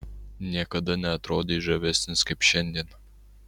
niekada neatrodei žavesnis kaip šiandien